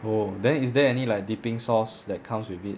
oh then is there any like dipping sauce that comes with it